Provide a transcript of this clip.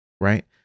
Right